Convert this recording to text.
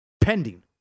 Pending